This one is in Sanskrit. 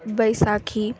बैसाखी